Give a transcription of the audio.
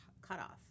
cutoff